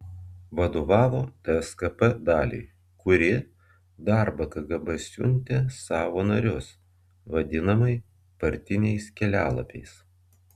vadovavo tskp daliai kuri darbą kgb siuntė savo narius vadinamai partiniais kelialapiais